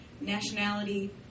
nationality